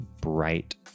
bright